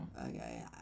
Okay